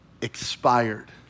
expired